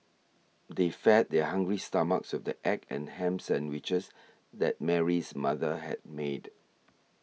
they fed their hungry stomachs with the egg and ham sandwiches that Mary's mother had made